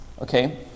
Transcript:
Okay